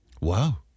Wow